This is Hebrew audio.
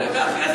ואחרי זה החזרתם,